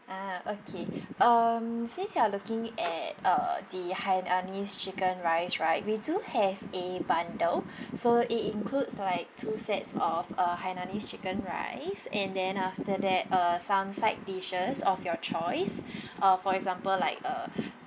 ah okay um since you are looking at uh the hainanese chicken rice right we do have a bundle so it includes like two sets of uh hainanese chicken rice and then after that uh some side dishes of your choice uh for example like a